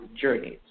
journeys